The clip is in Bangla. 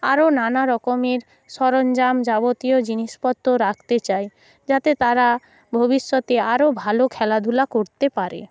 আরও নানারকমের সরঞ্জাম যাবতীয় জিনিসপত্র রাখতে চাই যাতে তারা ভবিষ্যতে আরও ভালো খেলাধূলা করতে পারে